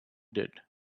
did